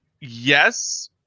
Yes